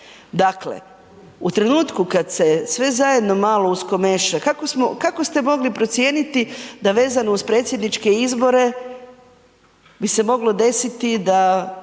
Dakle u trenutku kada se sve zajedno malo uskomeša kako ste mogli procijeniti da vezano uz predsjedniče izbore bi se moglo desiti da